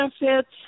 benefits